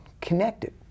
connected